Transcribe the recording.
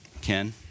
Ken